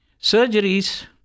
Surgeries